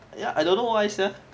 ya I don't know why sia